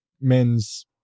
men's